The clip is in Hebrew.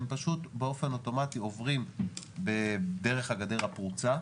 הם פשוט באופן אוטומטי עוברים דרך הגדר הפרוצה.